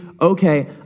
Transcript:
okay